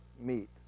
meet